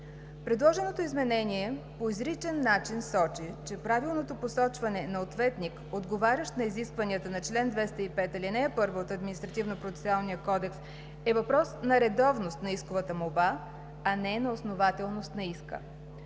Предложеното изменение по изричен начин сочи, че правилното посочване на ответник, отговарящ на изискванията на чл. 205, ал. 1 Административнопроцесуалния кодекс е въпрос на редовност на исковата молба, а не на основателност на иска.